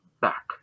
back